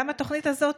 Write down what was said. גם התוכנית הזאת,